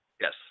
Yes